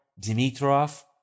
Dimitrov